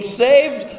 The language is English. saved